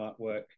artwork